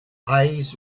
eyes